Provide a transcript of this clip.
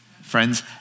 Friends